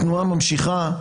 התנועה ממשיכה.